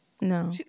No